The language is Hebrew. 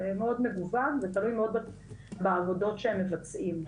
זה מאוד מגוון, ותלוי מאוד בעבודות שהם מבצעים.